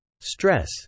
Stress